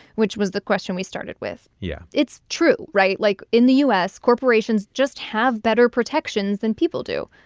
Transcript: which was the question we started with yeah it's true, right? like, in the u s, corporations just have better protections than people do.